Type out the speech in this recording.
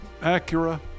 Acura